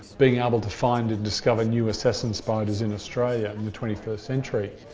being able to find and discover new assassin spiders in australia in the twenty first century.